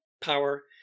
power